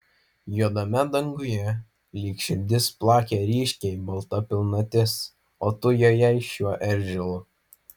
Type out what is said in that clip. juodame danguje lyg širdis plakė ryškiai balta pilnatis o tu jojai šiuo eržilu